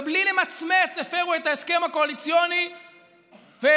ובלי למצמץ הפרו את ההסכם הקואליציוני והעבירו,